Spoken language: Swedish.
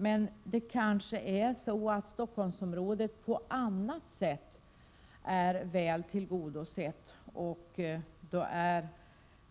Men Stockholmsområdet kanske är väl tillgodosett på annat sätt, och då är